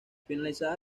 finalizada